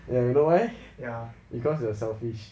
you want to know why because you are selfish